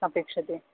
अपेक्ष्यते